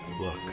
Look